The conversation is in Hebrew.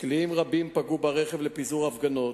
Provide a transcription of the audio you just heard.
קליעים רבים פגעו ברכב לפיזור הפגנות,